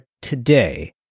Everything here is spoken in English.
today